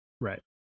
Right